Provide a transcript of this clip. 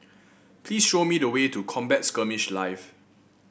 please show me the way to Combat Skirmish Live